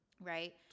Right